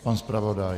Pan zpravodaj?